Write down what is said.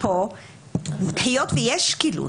ויש שקילות,